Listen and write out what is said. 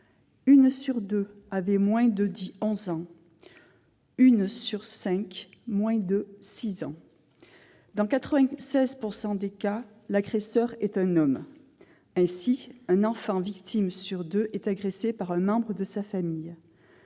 Une sur deux avait moins de 11 ans, une sur cinq moins de 6 ans. Dans 96 % des cas, l'agresseur est un homme. Un enfant victime sur deux est agressé par un membre de sa famille.